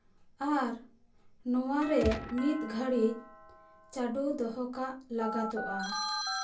ᱟᱨ ᱱᱚᱣᱟ ᱨᱮ ᱢᱤᱫ ᱜᱷᱟᱹᱲᱤᱡ ᱪᱟᱰᱳ ᱫᱚᱦᱚ ᱠᱟᱜ ᱞᱟᱜᱟᱛᱚᱜᱼᱟ